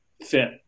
fit